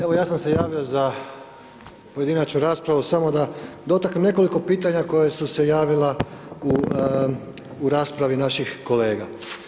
Evo, ja sam se javio za pojedinačnu raspravu samo da dotaknem nekoliko pitanja koja su se javila u raspravi naših kolega.